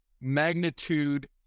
magnitude